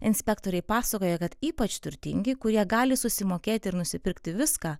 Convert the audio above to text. inspektoriai pasakoja kad ypač turtingi kurie gali susimokėti ir nusipirkti viską